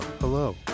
Hello